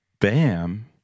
bam